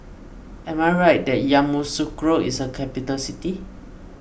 am I right that Yamoussoukro is a capital city